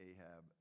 Ahab